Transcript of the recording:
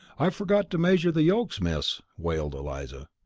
i forgot to measure the yolks, miss, wailed eliza.